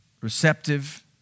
receptive